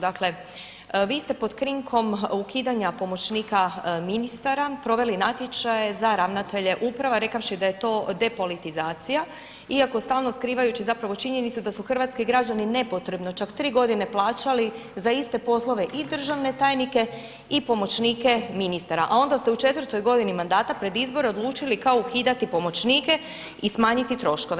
Dakle, vi ste pod krinkom ukidanja pomoćnika ministara proveli natječaje za ravnatelje uprava rekavši da je to depolitizacija iako stalo skrivajući zapravo činjenicu da su hrvatski građani nepotrebno čak 3 godine plaćali za iste poslove i državne tajnike i pomoćnike ministara, a onda ste u 4 godini mandata pred izbore odlučili kao ukidati pomoćnike i smanjiti troškove.